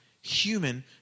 human